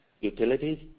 utilities